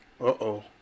Uh-oh